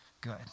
Good